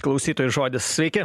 klausytojų žodis sveiki